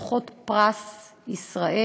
ישנן זוכות פרס ישראל,